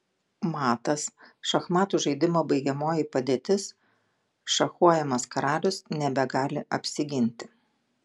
matas šachmatų žaidimo baigiamoji padėtis šachuojamas karalius nebegali apsiginti